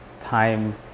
time